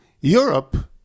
Europe